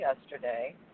yesterday